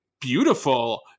beautiful